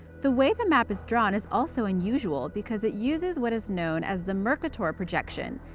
the way the map is drawn is also unusual, because it uses what is known as the mercator projection,